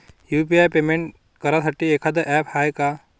UPI payment करासाठी एखांद app हाय का?